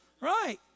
right